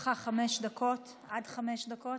לרשותך עד חמש דקות.